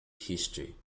history